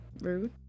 Rude